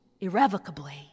irrevocably